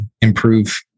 improve